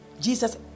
Jesus